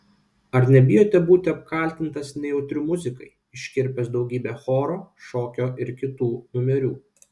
ar nebijote būti apkaltintas nejautriu muzikai iškirpęs daugybę choro šokio ir kitų numerių